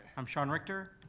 i'm sean richter,